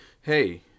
Hey